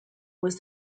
was